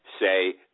say